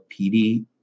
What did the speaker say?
PD